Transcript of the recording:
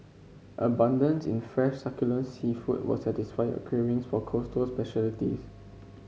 abundance in fresh succulent seafood will satisfy your cravings for coastal specialities